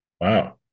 Wow